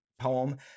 poem